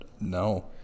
no